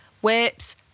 whips